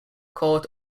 cort